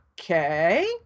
okay